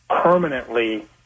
permanently